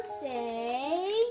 say